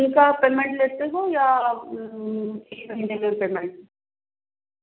आप बिल का पेमेंट लेते हो या एक महीने में पेमेंट